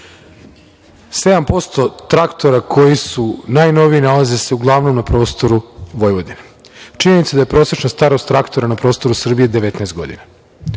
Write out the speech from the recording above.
traktora, koji su najnoviji, nalaze se uglavnom na prostoru Vojvodine. Činjenica je da je prosečna starost traktora na prostoru Srbije 19